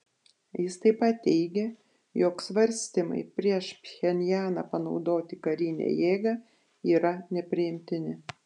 jis taip pat teigė jog svarstymai prieš pchenjaną panaudoti karinę jėgą yra nepriimtini